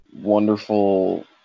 wonderful